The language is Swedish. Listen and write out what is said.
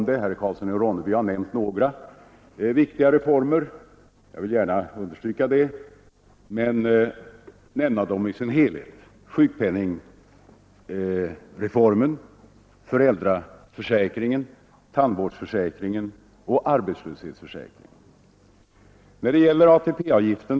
Det gäller följande reformer, av vilka några redan har nämnts av herr Karlsson i Ronneby: sjukpenningreformen, föräldraförsäkringen, tandvårdsförsäkringen och arbetslöshetsförsäkringen.